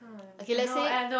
okay let's say